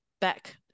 back